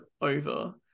over